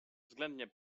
względnie